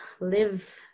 live